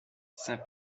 ces